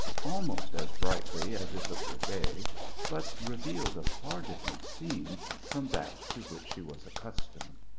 almost as brightly as if it were day but revealed a far different scene from that to which she was accustomed.